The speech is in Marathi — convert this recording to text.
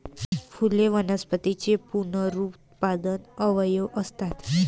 फुले वनस्पतींचे पुनरुत्पादक अवयव असतात